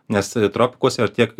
nes tropikuose ar tiek